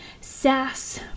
sass